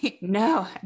No